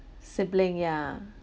sibling ya